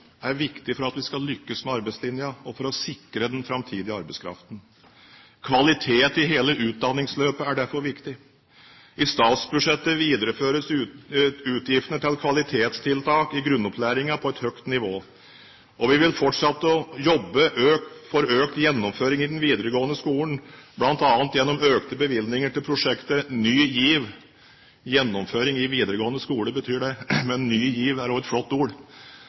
er viktig for at vi skal lykkes med arbeidslinja og for å sikre den framtidige arbeidskraften. Kvalitet i hele utdanningsløpet er derfor viktig. I statsbudsjettet videreføres utgiftene til kvalitetstiltak i grunnopplæringen på et høyt nivå, og vi vil fortsette å jobbe for økt gjennomføring i den videregående skolen, bl.a. gjennom økte bevilgninger til prosjektet Ny GIV – gjennomføring i videregående skole betyr det, men «ny giv» er også flotte ord. Hvert frafall i den videregående skolen er et